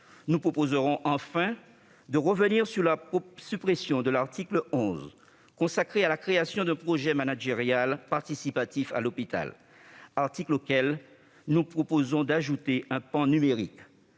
Nous proposerons par ailleurs de revenir sur la suppression de l'article 11 consacré à la création d'un projet managérial participatif à l'hôpital, article auquel nous proposons d'ajouter un volet numérique.